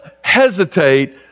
hesitate